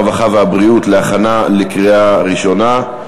הרווחה והבריאות להכנה לקריאה ראשונה.